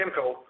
Kimco